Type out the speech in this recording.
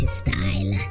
style